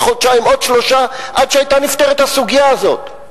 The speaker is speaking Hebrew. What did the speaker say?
חודשיים או שלושה חודשים עד שהיתה נפתרת הסוגיה הזאת.